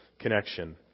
connection